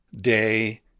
day